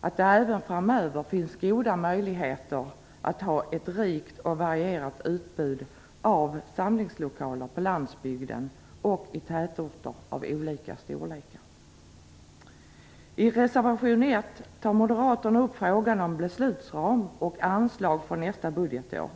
att det även framöver finns goda möjligheter att ha ett rikt och varierat utbud av samlingslokaler på landsbygden och i tätorter av olika storlek. I reservation 1 tar moderaterna upp frågan om beslutsram och anslag för nästa budgetår.